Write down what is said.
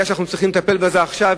עלייה שאנחנו צריכים לטפל בה עכשיו,